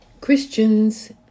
Christians